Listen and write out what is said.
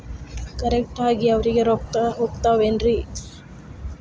Correct ಆಗಿ ಅವರಿಗೆ ರೊಕ್ಕ ಹೋಗ್ತಾವೇನ್ರಿ?